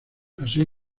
así